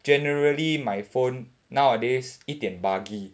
generally my phone nowadays 一点 buggy